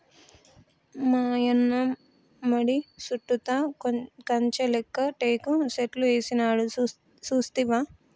మాయన్న మడి సుట్టుతా కంచె లేక్క టేకు సెట్లు ఏసినాడు సూస్తివా